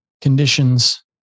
conditions